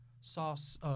sauce –